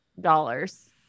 dollars